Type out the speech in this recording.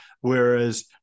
whereas